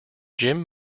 jim